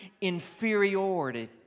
inferiority